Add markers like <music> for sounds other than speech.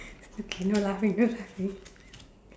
okay no laughing no laughing <breath>